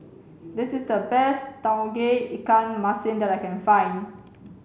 this is the best Tauge Ikan Masin that I can find